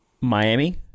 Miami